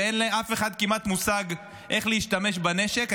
וכמעט לאף אחד אין מושג איך להשתמש בנשק.